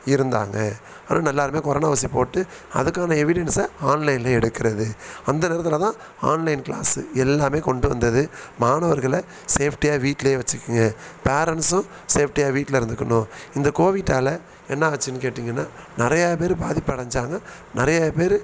இருந்தாங்க அப்புறம் ந எல்லாேருமே கொரோனா ஊசி போட்டு அதுக்கான எவிடன்னுஸ்ஸை ஆன்லைனில் எடுக்கிறது அந்த நேரத்தில் தான் ஆன்லைன் க்ளாஸு எல்லாமே கொண்டு வந்தது மாணவர்களை சேஃப்ட்டியாக வீட்டிலேயே வெச்சுக்கங்க பேரண்ட்ஸும் சேஃப்ட்டியாக வீட்டில் இருந்துக்கணும் இந்த கோவிட்டால் என்ன ஆச்சுன்னு கேட்டிங்கன்னால் நிறையா பேர் பாதிப்படஞ்சாங்க நிறைய பேர்